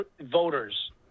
voters